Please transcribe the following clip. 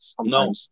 No